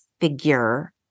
figure